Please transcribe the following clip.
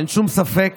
אין שום ספק